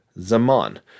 Zaman